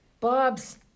Bob's